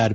R